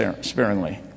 sparingly